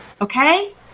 Okay